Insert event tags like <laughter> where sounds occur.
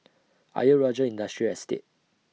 <noise> Ayer Rajah Industrial Estate